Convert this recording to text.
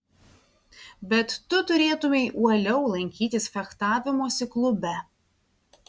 bet tu turėtumei uoliau lankytis fechtavimosi klube